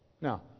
Now